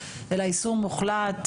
אלא איסור מוחלט,